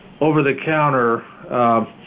over-the-counter